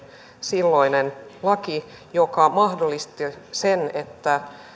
silloinen laki joka mahdollisti sen että